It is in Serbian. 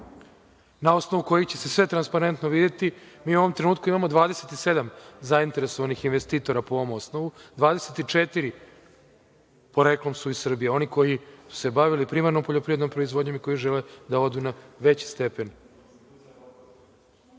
na osnovu kojih će se sve transparentno videti. Mi u ovom trenutku imamo 27 zainteresovanih investitora po ovom osnovu, a 24 poreklom su iz Srbije, oni koji su se bavili primarnom poljoprivrednom proizvodnjom i koji žele da odu na veći stepen